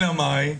אלא מאי?